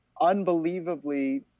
unbelievably